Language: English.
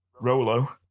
Rolo